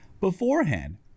beforehand